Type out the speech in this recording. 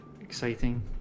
exciting